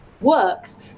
works